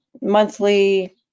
monthly